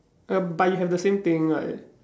uh but you have the same thing right